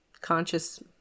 conscious